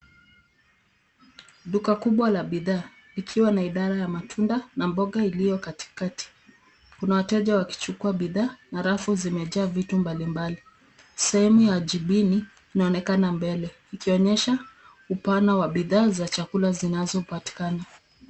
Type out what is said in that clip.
Duka kubwa la bidhaa ,ikiwa na idara ya matunda na mboga iliyo katikati. Kuna wateja wakichukua bidhaa, na rafu zimejaa vitu mbalimbali. Sehemu ya jibini, inaonekana mbele ikionyesha upana wa bidhaa za chakula zinazopatikana.